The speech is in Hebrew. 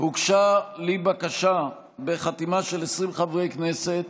הוגשה לי בקשה בחתימה של 20 חברי כנסת